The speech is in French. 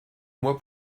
mois